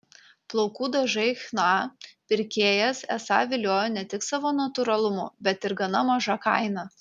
plaukų dažai chna pirkėjas esą viliojo ne tik savo natūralumu bet ir gana maža kaina